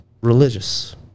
religious